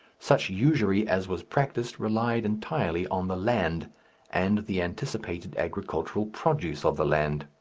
such usury as was practised relied entirely on the land and the anticipated agricultural produce of the land.